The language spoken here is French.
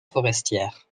forestière